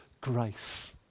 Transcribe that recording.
grace